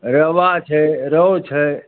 रेवा छै रहु छै